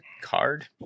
card